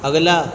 اگلا